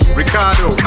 Ricardo